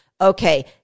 okay